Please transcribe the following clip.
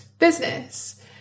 business